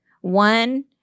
One